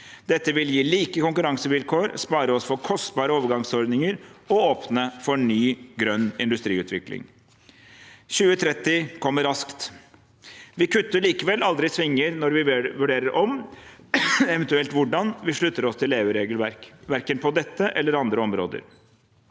Dette vil gi like konkurransevilkår, spare oss for kostbare overgangsordninger og åpne for ny grønn industriutvikling. 2030 kommer raskt. Vi kutter likevel aldri svinger når vi vurderer om, eventuelt hvordan, vi slutter oss til EU-regelverk – verken på dette eller andre områder.